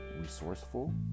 resourceful